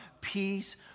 peace